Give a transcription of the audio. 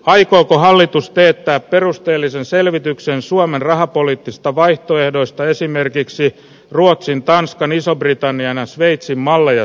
aikooko hallitus teettää perusteellisen selvityksen suomen rahapoliittista vaihtoehdoista esimerkiksi ruotsin tanskan iso britannian ja sveitsin malleja